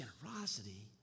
Generosity